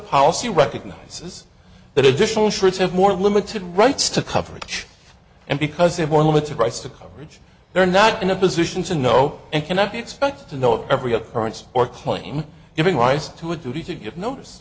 policy recognizes that additional shorts have more limited rights to coverage and because it more limited rights to coverage they are not in a position to know and cannot be expected to know every occurrence or claim giving rise to a duty to give notice